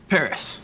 Paris